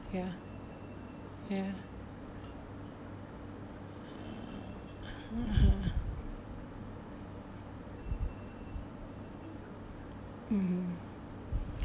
ya ya (uh huh) (uh huh)